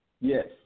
Yes